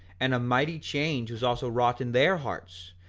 and a mighty change was also wrought in their hearts,